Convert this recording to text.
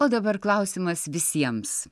o dabar klausimas visiems